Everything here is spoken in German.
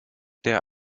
der